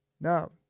Now